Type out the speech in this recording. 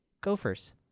gophers